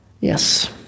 Yes